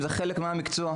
זה חלק מהמקצוע,